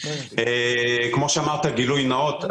כמו שאמרת, גילוי נאות.